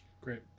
Great